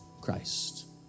Christ